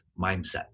mindset